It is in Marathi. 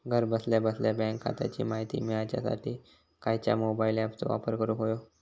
घरा बसल्या बसल्या बँक खात्याची माहिती मिळाच्यासाठी खायच्या मोबाईल ॲपाचो वापर करूक होयो?